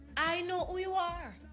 i know who you are.